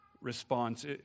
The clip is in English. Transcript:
response